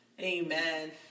Amen